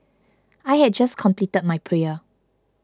I had just completed my prayer